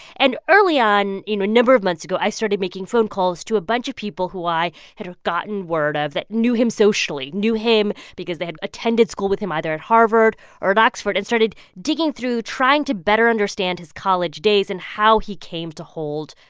and early on you know, a number of months ago, i started making phone calls to a bunch of people who i had gotten word of that knew him socially knew him because they had attended school with him either at harvard or at oxford and started digging through trying to better understand his college days and how he came to hold,